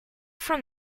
from